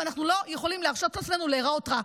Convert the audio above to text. ואנחנו לא יכולים להרשות לעצמנו להיראות רע.